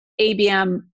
ABM